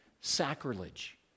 sacrilege